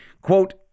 Quote